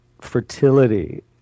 fertility